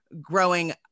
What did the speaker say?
growing